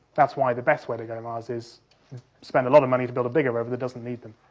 that's why the best way to go to mars is spend a lot of money to build a bigger rover that doesn't need them.